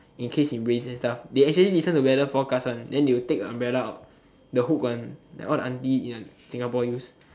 in case it rains and stuff they actually listen to weather forecast one then they will take a umbrella out the hook one like all the auntie in Singapore use